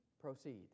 Proceed